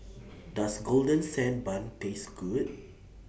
Does Golden Sand Bun Taste Good